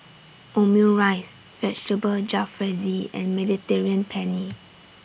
Omurice Vegetable Jalfrezi and Mediterranean Penne